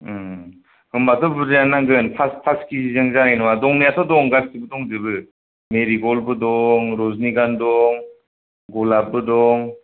होनबाथ' बुरजायानो नांगोन पास केजिजों जानाय नङा दंनायाथ' दं गासैबो दंजोबो मेरिग'ल्डबो दं रजनिगन्धा दं गलापबो दं